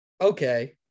Okay